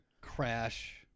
crash